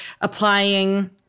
applying